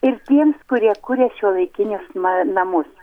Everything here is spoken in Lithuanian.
ir tiems kurie kuria šiuolaikinius ma namus